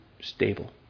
stable